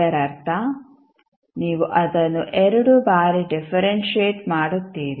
ಇದರರ್ಥ ನೀವು ಅದನ್ನು ಎರಡು ಬಾರಿ ಡಿಫರೆಂಶಿಯೆಟ್ ಮಾಡುತ್ತೀರಿ